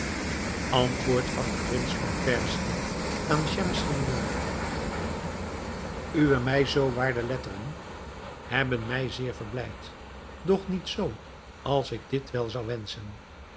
antwoord van den prins van perzië aan schemselnihar uwe mij zoo waarde letteren hebben mij zeer verblijd doch niet zoo als ik dit wel zou wenschen